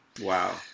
Wow